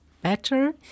better